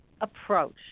approach